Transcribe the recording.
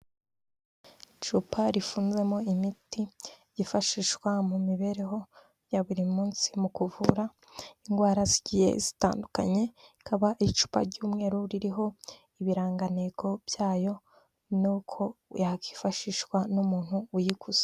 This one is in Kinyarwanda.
Icupa rifunzemo imiti ryifashishwa mu mibereho ya buri munsi mu kuvura indwara zigiye zitandukanye, rikaba icupa ry'umweru ririho ibirangantego byayo n'uko yakwifashishwa n'umuntu uyiguze.